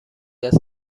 است